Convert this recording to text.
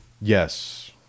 Yes